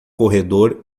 corredor